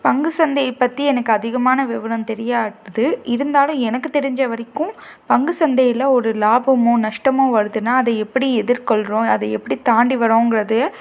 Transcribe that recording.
பங்குசந்தையை பற்றி எனக்கு அதிகமான விவரம் தெரியாது இருந்தாலும் எனக்கு தெரிஞ்ச வரைக்கும் பங்குசந்தையில் ஒரு லாபமோ நஷ்டமோ வருதுனால் அதை எப்படி எதிர்கொள்கிறோம் அதை எப்படி தாண்டி வரோங்கிறது